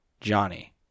Johnny